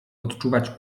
odczuwać